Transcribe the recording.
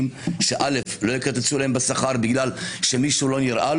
שלא יקצצו להם בשכר בגלל שלמישהו לא נראה,